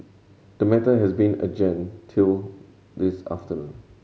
the matter has been adjourned till this afternoon